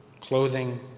clothing